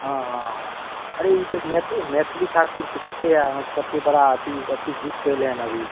हँ हँ हँ अरे ई तऽ मैथ मैथिली ठाकुरके पते हैत अहाँके कतेक बड़ा अथि ओ अथि जीत कऽ अयलै हेँ अभी